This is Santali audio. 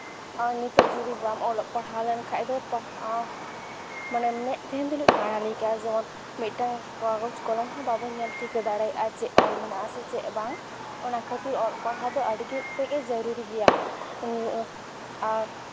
ᱱᱤᱛᱚᱜ ᱡᱩᱫᱤ ᱵᱟᱢ ᱚᱞᱚᱜ ᱯᱟᱲᱦᱟᱣ ᱞᱮᱱᱠᱷᱟᱡ ᱫᱚ ᱟᱢ ᱢᱮᱫ ᱛᱟᱦᱮᱱ ᱛᱩᱞᱩᱡ ᱠᱟᱬᱟ ᱞᱮᱠᱟ ᱡᱮᱢᱚᱱ ᱢᱤᱫᱴᱟᱝ ᱠᱟᱜᱚᱡᱽ ᱠᱚᱞᱚᱢ ᱦᱚᱸ ᱵᱟᱵᱚᱱ ᱧᱮᱞ ᱴᱷᱤᱠᱟᱹ ᱫᱟᱲᱮᱭᱟᱜᱼᱟ ᱪᱮᱫ ᱚᱞ ᱢᱮᱱᱟᱜ ᱟᱥᱮ ᱪᱮᱫ ᱵᱟᱝ ᱚᱱᱟ ᱠᱷᱟᱹᱛᱤᱨ ᱚᱞᱚᱜ ᱯᱟᱲᱦᱟᱣ ᱫᱚ ᱟᱹᱰᱤ ᱛᱮᱜ ᱜᱮ ᱡᱟᱹᱨᱩᱨᱤ ᱜᱮᱭᱟ ᱟᱨ